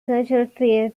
critical